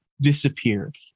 disappeared